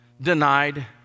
denied